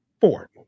Four